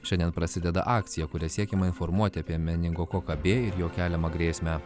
šiandien prasideda akcija kuria siekiama informuoti apie meningokoką b ir jo keliamą grėsmę